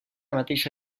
mateixa